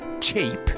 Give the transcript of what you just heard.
Cheap